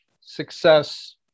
success